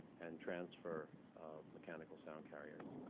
and transfer of mechanical sound carriers.